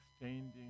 exchanging